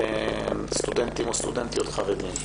סטודנטים או סטודנטיות חרדים וחרדיות.